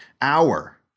hour